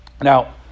Now